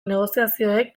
negoziazioek